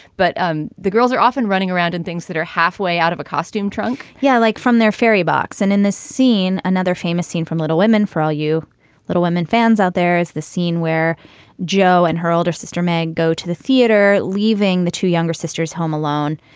but um the the girls are often running around in things that are halfway out of a costume trunk yeah, like from their fairy box. and in this scene, another famous scene from little women. for all you little women fans out there is the scene where joe and her older sister man go to the theater, leaving the two younger sisters home alone.